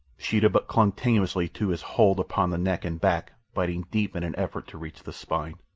sheeta but clung tenaciously to his hold upon the neck and back, biting deep in an effort to reach the spine.